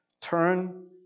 Turn